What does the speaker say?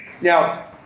Now